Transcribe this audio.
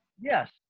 yes